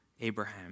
Abraham